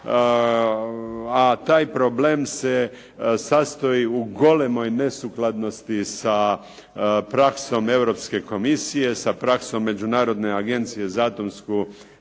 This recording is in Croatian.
a taj problem se sastoji u golemoj nesukladnosti sa praksom Europske komisije, sa praksom Međunarodne agencije za atomsku